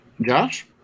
Josh